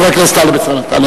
חבר הכנסת טלב אלסאנע, בבקשה.